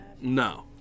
No